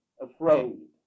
afraid